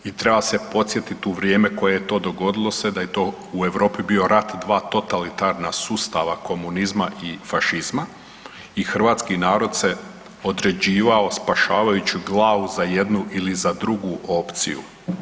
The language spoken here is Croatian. I treba se podsjetiti u vrijeme koje to dogodilo se da je to u Europi bio rat dva totalitarna sustava komunizma i fašizma i hrvatski narod se određivao spašavajući glavu za jednu ili za drugu opciju.